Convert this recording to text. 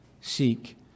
seek